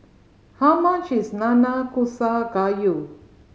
how much is Nanakusa Gayu